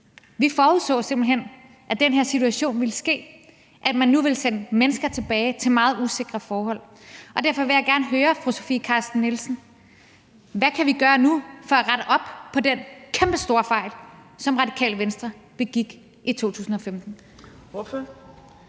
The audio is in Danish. Vi forudså simpelt hen, at den her situation ville ske, og at man nu vil sende mennesker tilbage til nogle meget usikre forhold. Derfor vil jeg gerne høre fru Sofie Carsten Nielsen: Hvad kan vi nu gøre for at rette op på den kæmpestore fejl, som Radikale Venstre begik i 2015?